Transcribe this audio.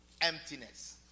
emptiness